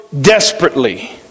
desperately